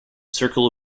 circle